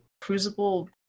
Crucible